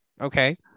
okay